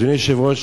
אדוני היושב-ראש,